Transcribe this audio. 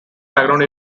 background